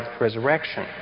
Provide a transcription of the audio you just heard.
resurrection